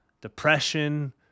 depression